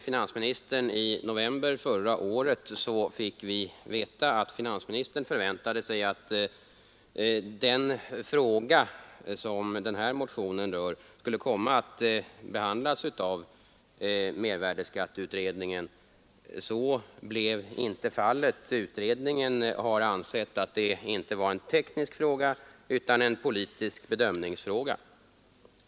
I en frågedebatt i november förra året fick vi veta att finansministern förväntade att den fråga som den här motionen rör skulle komma att behandlas av mervärdeskatteutredningen. Så blev inte fallet. Utredningen har ansett att detta inte är en teknisk fråga utan en politisk bedömningsfråga.